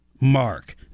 mark